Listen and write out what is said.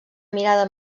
mirada